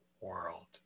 world